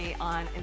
on